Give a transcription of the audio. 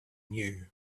knew